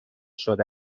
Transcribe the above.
شده